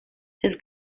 his